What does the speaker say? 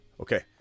okay